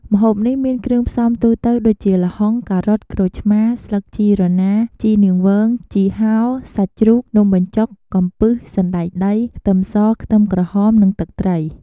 ម្ហូបនេះមានគ្រឿងផ្សំទូទៅដូចជា ល្ហុង ការ៉ុត ក្រូចឆ្មា ស្លឹកជីរណា ជីនាងវង ជីហោរ សាច់ជ្រូក នំបញ្ចុក កំពឹស សណ្ដែកដី ខ្ទឹមស ខ្ទឹមក្រហម និងទឹកត្រី។